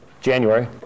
January